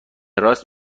راست